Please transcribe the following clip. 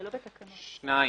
דבר שני,